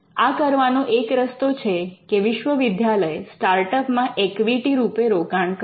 આ કરવાનો એક રસ્તો છે કે વિશ્વવિદ્યાલય સ્ટાર્ટઅપમાં એક્વિટી રૂપે રોકાણ કરે